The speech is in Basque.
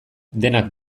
denak